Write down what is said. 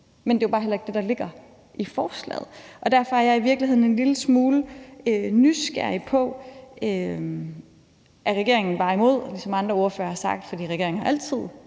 Men det er jo bare heller ikke det, der ligger i forslaget. Derfor er jeg i virkeligheden en lille smule nysgerrig på, om regeringen bare er imod, ligesom andre ordførere har sagt, fordi regeringen altid